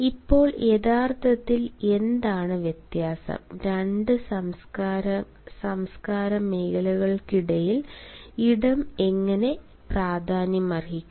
ഇപ്പോൾ യഥാർത്ഥത്തിൽ എന്താണ് വ്യത്യാസം രണ്ട് സംസ്കാര മേഖലകൾക്കിടയിൽ ഇടം എങ്ങനെ പ്രാധാന്യമർഹിക്കുന്നു